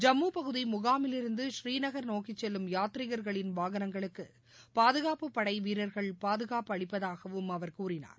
ஜம்மு பகுதி முகாமிலிருந்து ஸ்ரீ நகர் நோக்கி செல்லும் யாத்ரீகர்களின் வாகனங்களுக்கு பாதுகாப்பு படைவீரர்கள் பாதுகாப்பு அளிப்பதாகவும் அவர் கூறினார்